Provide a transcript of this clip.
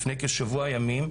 לפני כשבוע ימים,